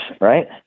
right